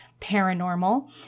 paranormal